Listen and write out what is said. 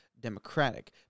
democratic